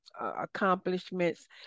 accomplishments